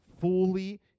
fully